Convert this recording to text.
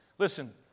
Listen